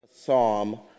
psalm